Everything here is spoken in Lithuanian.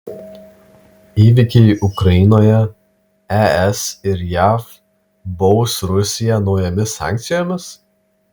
įvykiai ukrainoje es ir jav baus rusiją naujomis sankcijomis